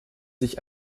sich